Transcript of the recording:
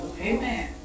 Amen